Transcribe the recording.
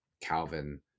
Calvin